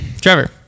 Trevor